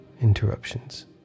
interruptions